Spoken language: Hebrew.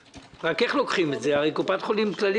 הרי אם את לא מאשרת להם, הם לא ילכו להפסיד.